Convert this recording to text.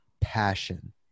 passion